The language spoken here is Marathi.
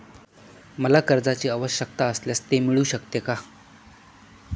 मला कर्जांची आवश्यकता असल्यास ते मिळू शकते का?